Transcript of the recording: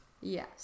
Yes